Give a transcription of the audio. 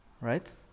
Right